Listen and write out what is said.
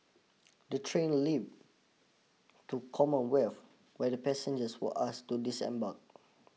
the train limped to Commonwealth where the passengers were asked to disembark